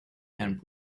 and